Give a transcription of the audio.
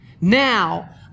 now